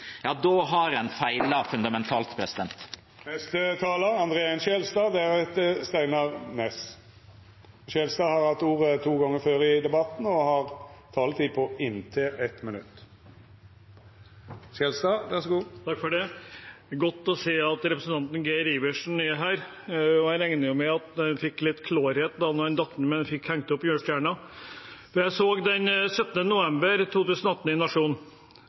ja, da har en feilet fundamentalt. Representanten André N. Skjelstad har hatt ordet to gonger tidlegare og får ordet til ein kort merknad, avgrensa til 1 minutt. Det er godt å se at representanten Geir Adelsten Iversen er her, og jeg regner med at han fikk litt klarhet da han datt ned, men fikk hengt opp adventsstjerna. Den 17. november 2018 sto det i